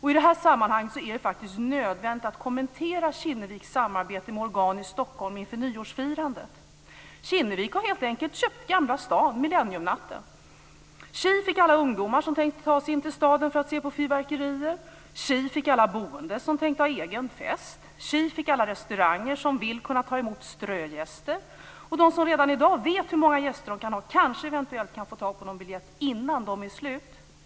I det här sammanhanget är det faktiskt nödvändigt att kommentera Kinneviks samarbete med organ i Stockholm inför nyårsfirandet. Kinnevik har helt enkelt köpt Gamla stan millennienatten. Tji fick alla ungdomar som tänkte ta sig in till staden för att se på fyrverkerier. Tji fick alla boende som tänkte ha egen fest. Tji fick alla restauranger som vill kunna ta emot strögäster, och de som redan i dag vet hur många gäster de kan ha kanske eventuellt kan få tag på någon biljett innan de tar slut.